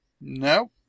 No